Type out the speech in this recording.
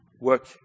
work